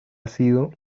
sido